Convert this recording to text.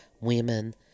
women